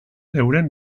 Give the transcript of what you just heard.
euren